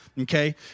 Okay